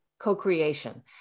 co-creation